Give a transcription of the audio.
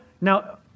now